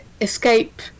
escape